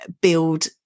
build